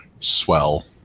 Swell